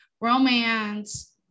romance